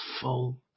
full